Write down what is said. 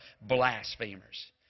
blasphemers